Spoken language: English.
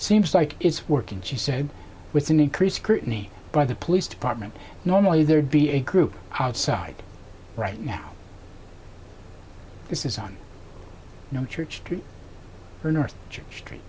seems like it's working she said with an increased scrutiny by the police department normally there'd be a group outside right now this is on no church or north church tree